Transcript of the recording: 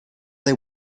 they